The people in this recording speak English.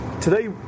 today